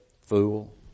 fool